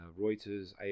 Reuters